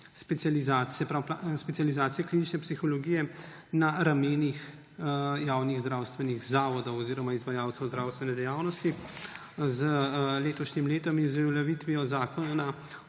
specializacije klinične psihologije na ramenih javnih zdravstvenih zavodov oziroma izvajalcev zdravstvene dejavnosti. Z letošnjim letom in z uveljavitvijo